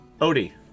Odie